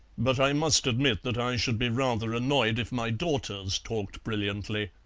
but i must admit that i should be rather annoyed if my daughters talked brilliantly.